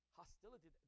hostility